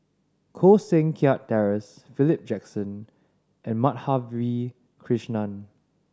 Koh Seng Kiat Terence Philip Jackson and Madhavi Krishnan